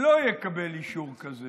הוא לא יקבל אישור כזה.